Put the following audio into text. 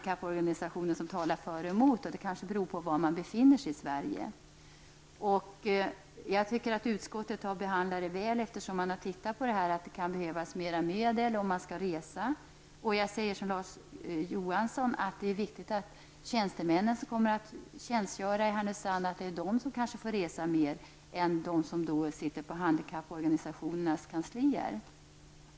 Somliga talar för och andra emot, och det kanske beror på var man befinner sig i Sverige. Jag tycker utskottet har behandlat saken väl. Man har tänkt på att det kan behövas mera medel om man måste resa mera. Jag säger som Larz Johansson att det är viktigt att tjänstemännen, som kommer att tjänstgöra i Härnösand, kanske får resa mer än de som sitter på handikapporganisationernas kanslier.